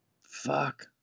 Fuck